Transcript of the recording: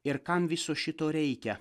ir kam viso šito reikia